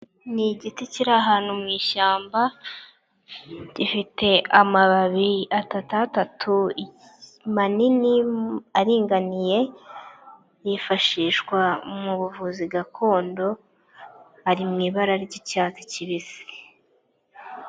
Ni igiti kiri ahantu mu ishyamba gifite amababi atatu atatu manini, aringaniye yifashishwa mu buvuzi gakondo, ari mu ibara ry'icyatsi kibisi.